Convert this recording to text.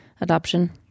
adoption